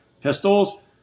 pistols